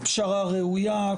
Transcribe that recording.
פשרה ראויה,